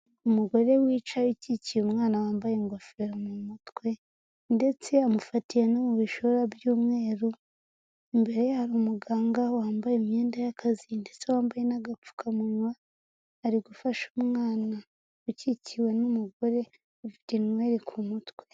Umugore wicaye ukikiye umwana wambaye ingofero mu mutwe, ndetse amufatiye no mu bishura by'umweru, imbere ye hari umuganga wambaye imyenda y'akazi ndetse wambaye n'agapfukamunwa, ari gufasha umwana ukikiwe n'umugore. ufite inwere ku mutwe.